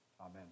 Amen